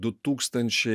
du tūkstančiai